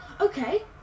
okay